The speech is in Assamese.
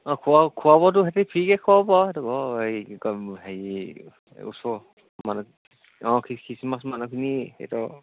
অঁ খোৱা খোৱাবতো সিহঁতি ফ্ৰীকৈ খুৱাব বাৰু সেইটো হয় হেৰি কি কয় হেৰি ওচৰ মানুহ অঁ খ্ৰীষ্টমাছ মানুহখিনি সেইটো